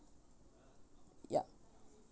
ya